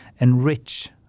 enrich